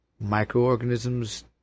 microorganisms